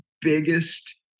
biggest